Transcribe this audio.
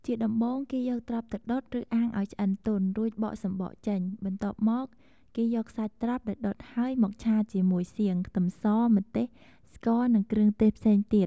ជាដំបូង គេយកត្រប់ទៅដុត ឬអាំងឱ្យឆ្អិនទន់ រួចបកសម្បកចេញ បន្ទាប់មក គេយកសាច់ត្រប់ដែលដុតហើយ មកឆាជាមួយសៀង ខ្ទឹមស ម្ទេស ស្ករ និងគ្រឿងទេសផ្សេងទៀត។